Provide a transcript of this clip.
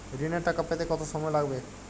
ঋণের টাকা পেতে কত সময় লাগবে?